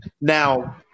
Now